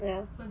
ya